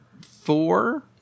four